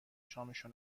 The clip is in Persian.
شامشو